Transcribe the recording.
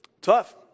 tough